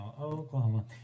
Oklahoma